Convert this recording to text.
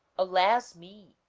alas me!